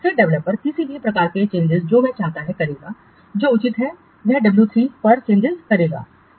फिर डेवलपर किसी भी प्रकार के चेंजिंस जो वह चाहता है करेगा जो उचित है वह डब्ल्यू 3 पर चेंजिंस करेगा